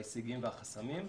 ההישגים והחסמים,